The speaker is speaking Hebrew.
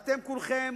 אתם כולכם,